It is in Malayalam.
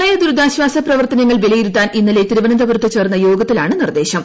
പ്രളയദുരിതാശ്വാസ പ്രവർത്തനങ്ങൾ വിലയിരുത്താൻ ഇന്നലെ തിരുവനന്തപുരത്ത് ചേർന്ന യോഗത്തിലാണ് നിർദേശം